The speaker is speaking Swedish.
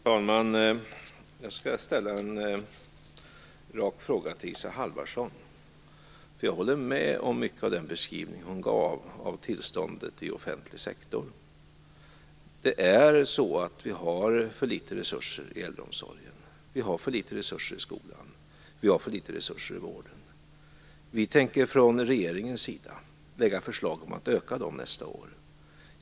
Fru talman! Jag skall ställa en rak fråga till Isa Halvarsson. Jag håller med om mycket av den beskrivning som hon gav av tillståndet i den offentliga sektorn. Vi har för litet resurser i äldreomsorgen. Vi har för litet resurser i skolan, och vi har för litet resurser i vården. Regeringen tänker lägga fram förslag om att öka dem nästa år.